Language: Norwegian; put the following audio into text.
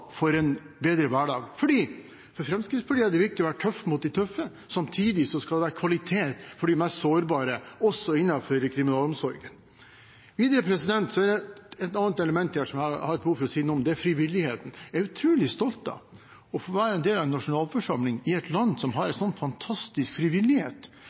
For Fremskrittspartiet er det viktig å være tøff mot de tøffe, samtidig skal det være kvalitet for de mest sårbare, også innenfor kriminalomsorgen. Det er et annet element jeg har behov for å si noe om, nemlig frivilligheten: Jeg er utrolig stolt av å få være en del av en nasjonalforsamling i et land som har en sånn fantastisk frivillighet.